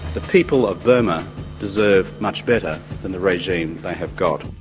the people of burma deserve much better than the regime they have got.